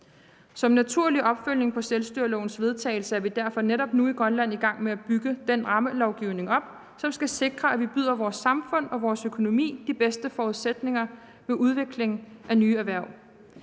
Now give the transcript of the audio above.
Som naturlig opfølgning på selvstyrelovens vedtagelse er vi derfor netop nu i Grønland i gang med at opbygge den rammelovgivning, som skal sikre, at vi byder vores samfund og vores økonomi de bedste forudsætninger ved udvikling af nye erhverv.